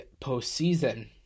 postseason